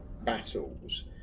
battles